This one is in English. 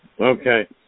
Okay